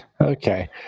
Okay